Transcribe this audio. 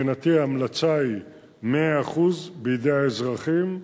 מבחינתי, ההמלצה היא 100% בידי האזרחים.